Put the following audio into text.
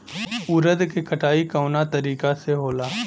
उरद के कटाई कवना तरीका से होला?